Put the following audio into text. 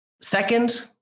second